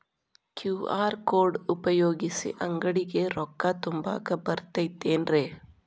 QR code ಉಪಯೋಗಿಸಿ, ಅಂಗಡಿಗೆ ರೊಕ್ಕಾ ತುಂಬಾಕ್ ಬರತೈತೇನ್ರೇ?